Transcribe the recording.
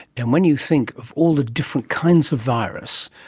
and when you think of all the different kinds of virus,